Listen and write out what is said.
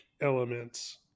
elements